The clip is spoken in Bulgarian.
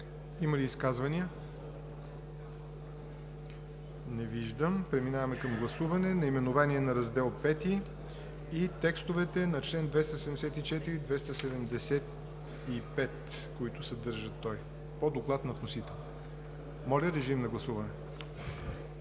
Има ли изказвания? Не виждам. Преминаваме към гласуване наименованието на Раздел V и текстовете на чл. 274 и 275, които съдържа той, по доклад на вносител. Гласували